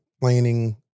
planning